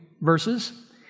verses